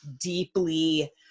deeply